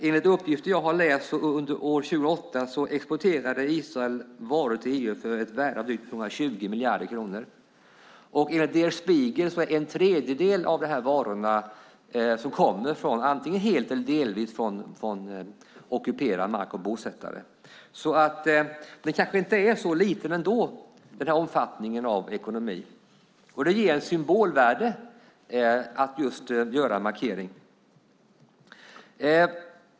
Enligt uppgifter jag har läst exporterade Israel varor till EU till ett värde av drygt 120 miljarder kronor 2008. Enligt Der Spiegel kommer en tredjedel av dessa varor antingen helt eller delvis från ockuperad mark och bosättare. Omfattningen av detta i ekonomin kanske alltså inte är så liten ändå, och det ger ett symbolvärde att just göra en markering.